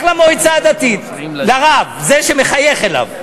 הוא הולך למועצה הדתית, לרב, זה שמחייך אליו,